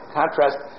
contrast